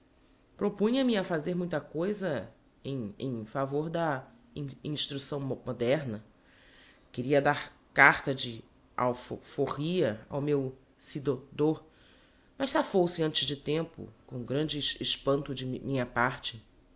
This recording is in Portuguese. propunha me a fazer muita coisa em em favor da in instrucção mo moderna queria dar carta de al fo forria ao meu si do dor mas safou se antes de tempo com grande es panto da minha parte